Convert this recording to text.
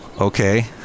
Okay